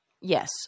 Yes